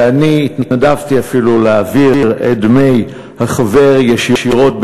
ואני התנדבתי אפילו להעביר את דמי החבר ישירות,